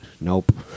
Nope